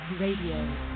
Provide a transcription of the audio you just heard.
Radio